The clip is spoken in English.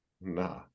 Nah